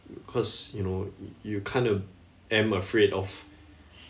because you know y~ you kind of am afraid of